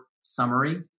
summary